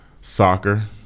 soccer